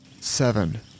Seven